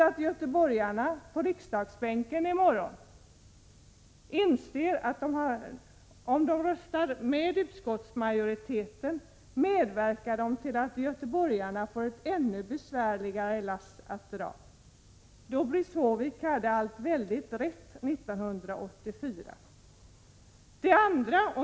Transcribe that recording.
Om göteborgarna på riksdagsbänken i morgon röstar med utskottsmajoriteten medverkar det till att göteborgarna får ett ännu besvärligare lass att dra. Doris Håvik hade alldeles rätt 1984.